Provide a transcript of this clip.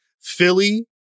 Philly